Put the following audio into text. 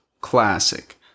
Classic